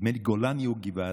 נדמה לי, גולני או גבעתי,